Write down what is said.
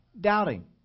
doubting